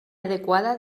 adequada